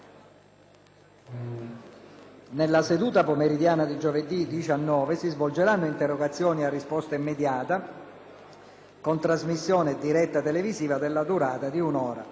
Nella seduta pomeridiana di giovedì 19 si svolgeranno interrogazioni a risposta immediata, con trasmissione diretta televisiva della durata di un'ora,